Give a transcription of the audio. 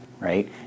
Right